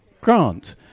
grant